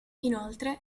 inoltre